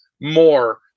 more